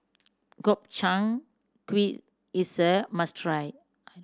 Gobchang Gui is a must try